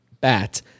bat